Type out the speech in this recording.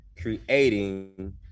creating